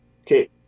Okay